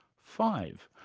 five.